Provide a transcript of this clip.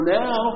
now